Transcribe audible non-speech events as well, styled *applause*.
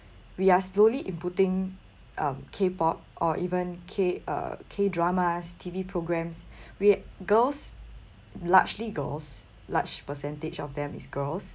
we are slowly inputting um K_pop or even K uh K dramas T_V programmes *breath* where girls largely girls large percentage of them is girls